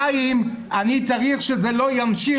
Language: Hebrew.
חיים, אני צריך שזה לא ימשיך הלאה.